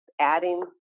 adding